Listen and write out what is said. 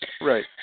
Right